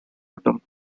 bottom